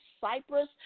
Cyprus